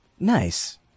nice